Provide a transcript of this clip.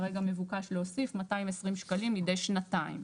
כרגע מבוקש להוסיף 220 שקלים מידי שנתיים.